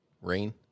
Rain